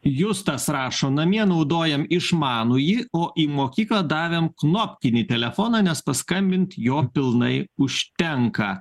justas rašo namie naudojam išmanųjį o į mokyklą davėm knopkinį telefoną nes paskambint jo pilnai užtenka